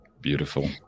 beautiful